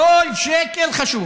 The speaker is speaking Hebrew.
כל שקל חשוב,